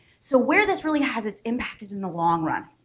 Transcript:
so where this really has its impact is in the long run.